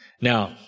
Now